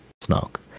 smoke